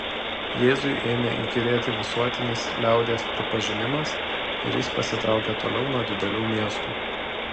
jėzui ėmė įkyrėti visuotinis liaudies pripažinimas ir jis pasitraukė toliau nuo didelių miestų